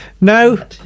no